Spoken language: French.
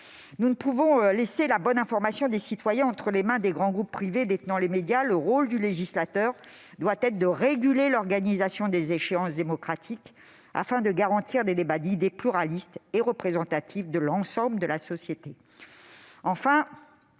Nous ne pouvons laisser la bonne information des citoyens entre les mains des grands groupes privés détenant les médias. Le rôle du législateur doit être de réguler l'organisation des échéances démocratiques afin de garantir des débats d'idées pluralistes et représentatifs de l'ensemble de la société.